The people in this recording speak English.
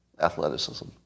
athleticism